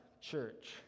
church